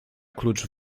klucz